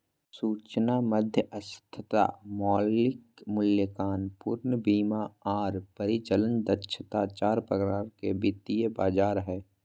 सूचना मध्यस्थता, मौलिक मूल्यांकन, पूर्ण बीमा आर परिचालन दक्षता चार प्रकार के वित्तीय बाजार हय